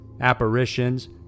apparitions